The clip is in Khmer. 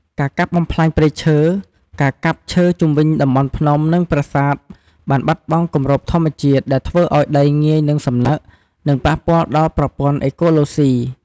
ការកាប់បំផ្លាញព្រៃឈើ ការកាប់ឈើជុំវិញតំបន់ភ្នំ និងប្រាសាទបានបាត់បង់គម្របធម្មជាតិ ដែលធ្វើឱ្យដីងាយនឹងសំណឹក និងប៉ះពាល់ដល់ប្រព័ន្ធអេកូឡូស៊ី។